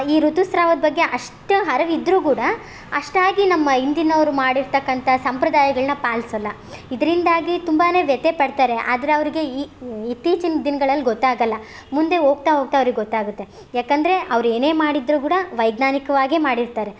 ಈ ಋತುಸ್ರಾವದ ಬಗ್ಗೆ ಅಷ್ಟು ಅರಿವು ಇದ್ದರೂ ಕೂಡ ಅಷ್ಟಾಗಿ ನಮ್ಮ ಹಿಂದಿನವ್ರ್ ಮಾಡಿರ್ತಕ್ಕಂಥ ಸಂಪ್ರದಾಯಗಳನ್ನ ಪಾಲ್ಸೋಲ್ಲ ಇದರಿಂದಾಗಿ ತುಂಬಾ ವ್ಯಥೆ ಪಡ್ತಾರೆ ಆದರೆ ಅವ್ರಿಗೆ ಇತ್ತೀಚಿನ ದಿನಗಳಲ್ಲಿ ಗೊತ್ತಾಗೋಲ್ಲ ಮುಂದೆ ಹೋಗ್ತ ಹೋಗ್ತ ಅವ್ರಿಗೆ ಗೊತ್ತಾಗುತ್ತೆ ಯಾಕಂದರೆ ಅವ್ರು ಏನೇ ಮಾಡಿದರೂ ಕೂಡ ವೈಜ್ಞಾನಿಕವಾಗೇ ಮಾಡಿರ್ತಾರೆ